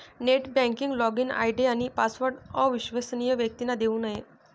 net banking login ID आणि password अविश्वसनीय व्यक्तींना देऊ नये